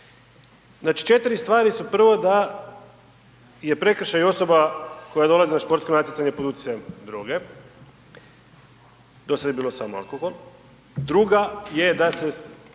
4 stvari su prvo da je prekršaj osoba koja dolazi na športsko natjecanje pod utjecajem droge, do sad je bio samo alkohol. Druga je da se